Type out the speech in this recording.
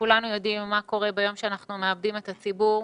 כולנו יודעים מה קורה ביום שבו אנחנו מאבדים את הציבור,